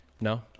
No